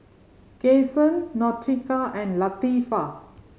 Cason Nautica and Latifah